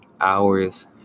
hours